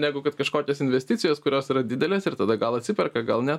negu kad kažkokios investicijos kurios yra didelės ir tada gal atsiperka gal ne